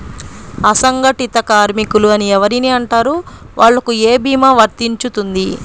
అసంగటిత కార్మికులు అని ఎవరిని అంటారు? వాళ్లకు ఏ భీమా వర్తించుతుంది?